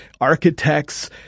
architects